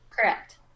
Correct